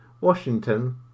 Washington